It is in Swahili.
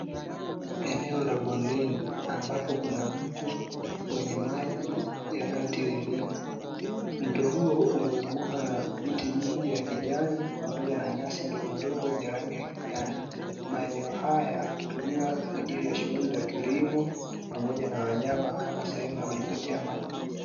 Eneo la bondeni ambapo kuna mto wenye maji yanayo tiririka, mto huo umezungukwa na miti mingi ya kijani pamoja na nyasi ndogondogo za kijani, maeneo haya hutumiwa kwa ajili ya shughuli za kilimo pamoja na wanyama kama sehemu ya kijipatia maji.